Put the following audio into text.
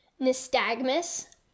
nystagmus